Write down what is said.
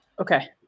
Okay